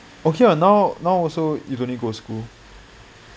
okay what now now also you don't need go school